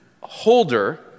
holder